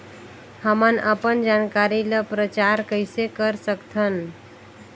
हमन अपन जानकारी ल प्रचार कइसे कर सकथन?